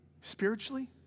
spiritually